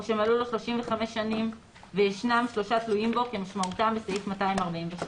או שמלאו לו 35 שנים וישנם שלושה תלויים בו כמשמעותם בסעיף 247,